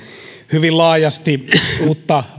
hyvin laajasti uutta